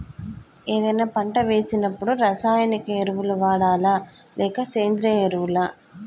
ఏదైనా పంట వేసినప్పుడు రసాయనిక ఎరువులు వాడాలా? లేక సేంద్రీయ ఎరవులా?